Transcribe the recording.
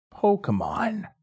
Pokemon